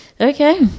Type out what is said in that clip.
Okay